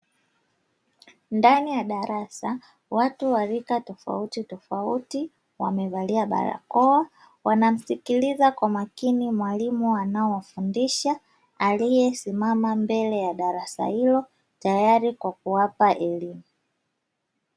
Ndani ya darasa watu wa rika tofautitofauti wamevalia barakoa wanamsikiliza kwa makini mwalimu anaowafundisha, aliyesimama mbele ya darasa hilo tayari kwa kuwapa elimu.